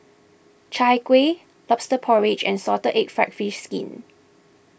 Chai Kueh Lobster Porridge and Salted Egg Fried Fish Skin